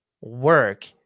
work